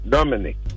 Dominic